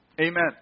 Amen